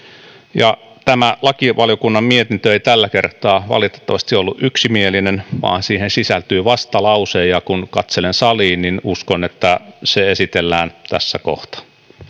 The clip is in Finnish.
tämä lakivaliokunnan mietintö ei tällä kertaa valitettavasti ollut yksimielinen vaan siihen sisältyy vastalause ja kun katselen saliin niin uskon että se esitellään tässä kohta